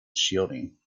shielding